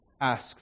ask